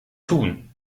tun